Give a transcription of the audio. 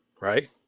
right